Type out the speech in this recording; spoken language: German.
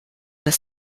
dass